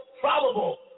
probable